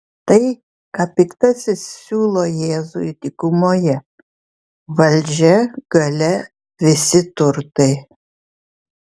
tai ką piktasis siūlo jėzui dykumoje valdžia galia visi turtai